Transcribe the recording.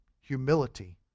humility